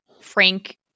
Frank